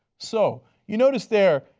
so you notice there,